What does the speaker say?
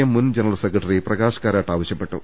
M മുൻ general secretary Prakash Karat ആവശ്യപ്പെട്ടു